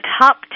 Top